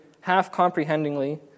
half-comprehendingly